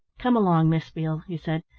come along, miss beale, he said.